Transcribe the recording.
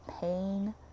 pain